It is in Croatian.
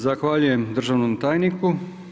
Zahvaljujem državnom tajniku.